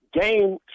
game